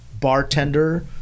bartender